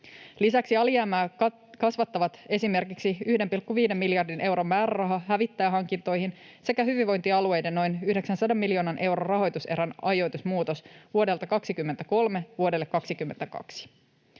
Lisäksi alijäämää kasvattavat esimerkiksi 1,5 miljardin euron määräraha hävittäjähankintoihin sekä hyvinvointialueiden noin 900 miljoonan euron rahoituserän ajoitusmuutos vuodelta 23 vuodelle 22.